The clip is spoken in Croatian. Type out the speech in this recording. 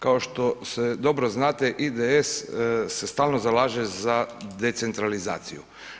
Kao što dobro znate IDS se stalno zalaže za decentralizaciju.